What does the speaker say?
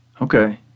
Okay